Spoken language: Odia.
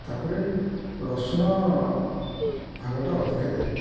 ତା'ପରେ ରସୁଣ ଭାଗଟା ଅଧିକା ଦେଲି